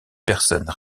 personnes